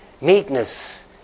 Meekness